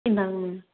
இந்தாங்க மேம்